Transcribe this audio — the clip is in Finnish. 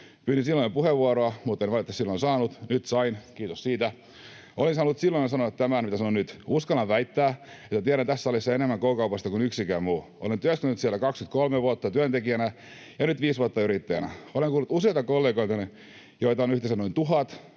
Pyysin silloin puheenvuoroa, mutten valitettavasti silloin saanut. Nyt sain, kiitos siitä. Olisin halunnut silloin jo sanoa tämän, mitä sanon nyt. Uskallan väittää, että tiedän tässä salissa enemmän K-kaupasta kuin yksikään muu. Olen työskennellyt siellä 23 vuotta työntekijänä ja nyt viisi vuotta yrittäjänä. Olen kuullut useilta kollegoiltani, joita on yhteensä noin tuhat,